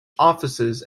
offices